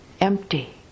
empty